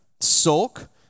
sulk